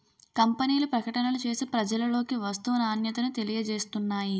కంపెనీలు ప్రకటనలు చేసి ప్రజలలోకి వస్తువు నాణ్యతను తెలియజేస్తున్నాయి